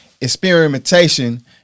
experimentation